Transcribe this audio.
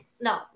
no